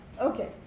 Okay